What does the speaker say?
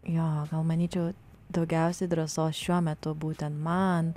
jo manyčiau daugiausiai drąsos šiuo metu būtent man